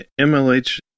MLH